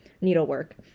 needlework